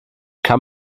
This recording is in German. kann